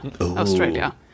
Australia